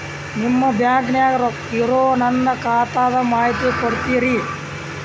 ನಿಮ್ಮ ಬ್ಯಾಂಕನ್ಯಾಗ ಇರೊ ನನ್ನ ಖಾತಾದ ಮಾಹಿತಿ ಕೊಡ್ತೇರಿ?